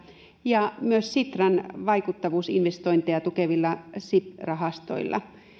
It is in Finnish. ja myös sitran vaikuttavuusinvestointeja tukevilla sib rahastoilla